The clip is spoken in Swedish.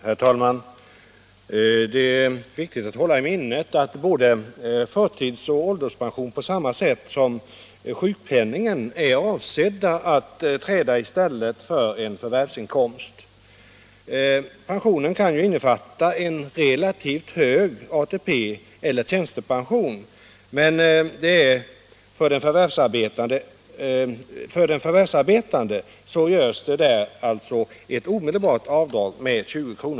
Herr talman! Det är viktigt att hålla i minnet att både förtidsoch ålderspension på samma sätt som sjukpenning är avsedda att träda i stället för en förvärvsinkomst. Pension kan innefatta en relativt hög ATP eller tjänstepension, och för en förvärvsarbetande görs det omedelbart ett avdrag med 20 kr.